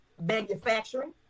manufacturing